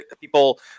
people